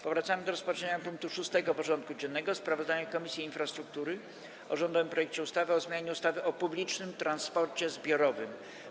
Powracamy do rozpatrzenia punktu 6. porządku dziennego: Sprawozdanie Komisji Infrastruktury o rządowym projekcie ustawy o zmianie ustawy o publicznym transporcie zbiorowym.